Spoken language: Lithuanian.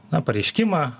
na pareiškimą